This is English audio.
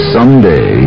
Someday